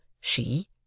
She